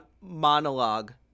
monologue